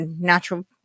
natural